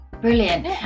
Brilliant